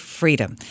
freedom